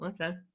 Okay